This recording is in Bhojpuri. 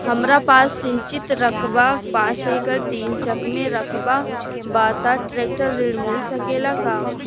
हमरा पास सिंचित रकबा पांच एकड़ तीन चक में रकबा बा त ट्रेक्टर ऋण मिल सकेला का?